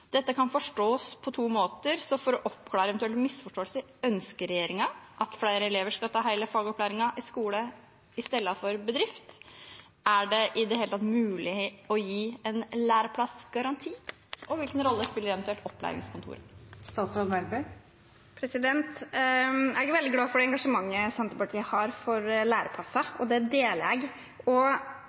Dette kan forstås på to måter, så for å oppklare eventuelle misforståelser: Ønsker regjeringen at flere elever skal ta hele fagopplæringen på skolen istedenfor i bedrift? Er det i det hele tatt mulig å gi en læreplassgaranti? Og hvilken rolle spiller eventuelt opplæringskontoret? Jeg er veldig glad for det engasjementet Senterpartiet har for læreplasser, og det deler jeg.